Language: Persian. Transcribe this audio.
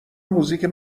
موزیک